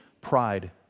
pride